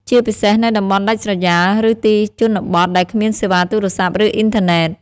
ជាពិសេសនៅតំបន់ដាច់ស្រយាលឬទីជនបទដែលគ្មានសេវាទូរស័ព្ទ ឬអុីនធឺណិត។